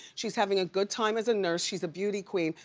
she's having a good time as a nurse, she's a beauty queen,